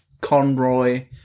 Conroy